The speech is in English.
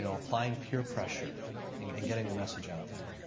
and applying peer pressure and getting the message out there.